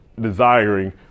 desiring